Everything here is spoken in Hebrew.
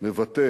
מבטא